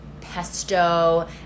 pesto